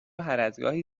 هرازگاهی